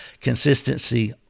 Consistency